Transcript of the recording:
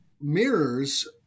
mirrors